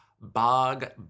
bog